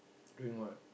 drink what